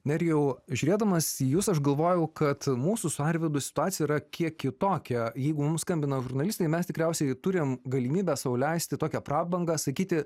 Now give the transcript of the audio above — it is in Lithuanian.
nerijau žiūrėdamas į jus aš galvojau kad mūsų su arvydu situacija yra kiek kitokia jeigu mums skambina žurnalistai mes tikriausiai turim galimybę sau leisti tokią prabangą sakyti